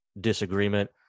disagreement